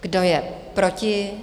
Kdo je proti?